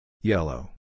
Yellow